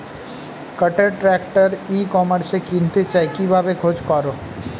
কাটার tractor e কমার্সে কিনতে চাই কিভাবে খোঁজ করো?